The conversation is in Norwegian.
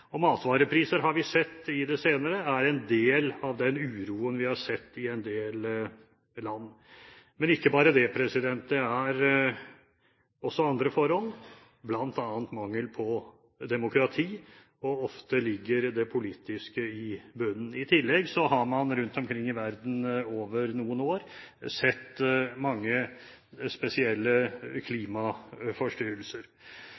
Matvarepriser, har vi sett i det senere, er en del av den uroen vi har sett i en del land, men ikke bare det: Det er også andre forhold, bl.a. mangel på demokrati. Ofte ligger det politiske i bunnen. I tillegg har man rundt omkring i verden over noen år sett mange spesielle